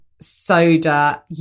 Soda